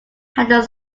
had